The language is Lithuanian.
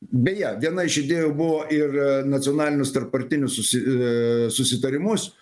beje viena iš idėjų buvo ir nacionalinius tarppartinius susi aaa susitarimus